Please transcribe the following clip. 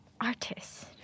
Artist